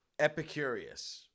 Epicurious